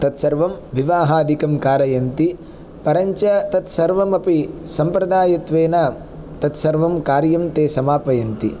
तत्सर्वं विवाहादिकं कारयन्ति परञ्च तत्सर्वमपि सम्प्रदायत्वेन तत्सर्वं कार्यं ते समापयन्ति